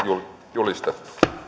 julistettu